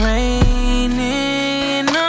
Raining